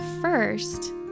first